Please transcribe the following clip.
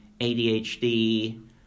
ADHD